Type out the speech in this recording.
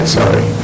sorry